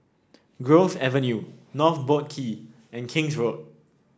Grove Avenue North Boat Quay and King's Road